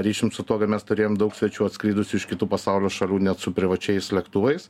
ryšium su tuo kad mes turėjom daug svečių atskridusių iš kitų pasaulio šalių net su privačiais lėktuvais